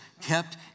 kept